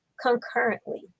concurrently